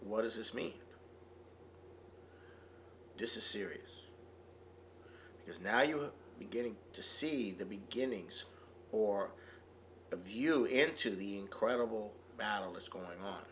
what does this mean this is serious because now you're beginning to see the beginnings or the view into the incredible battle is going on